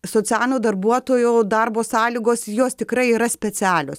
socialinio darbuotojo darbo sąlygos jos tikrai yra specialios